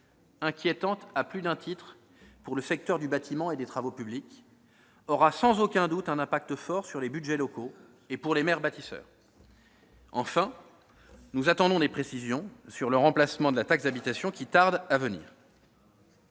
inquiétante pour le secteur du bâtiment et des travaux publics, aura sans aucun doute un impact fort sur les budgets locaux et pour les maires bâtisseurs. Enfin, nous attendons des précisions sur le remplacement de la taxe d'habitation, qui tardent à venir.